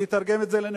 אני אתרגם את זה לנפשות.